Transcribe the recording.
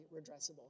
redressable